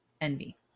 envy